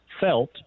felt